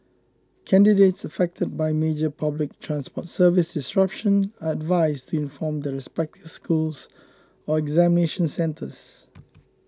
candidates affected by major public transport service disruption are advised to inform their respective schools or examination centres